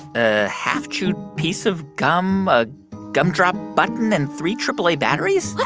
a half-chewed piece of gum, a gumdrop button and three aaa batteries? what?